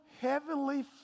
heavenly